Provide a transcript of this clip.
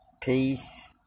Peace